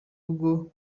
ubwo